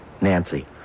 Nancy